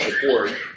support